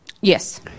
Yes